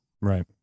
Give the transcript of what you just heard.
Right